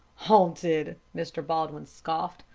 haunted! mr. baldwin scoffed,